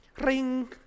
Ring